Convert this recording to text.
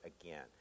again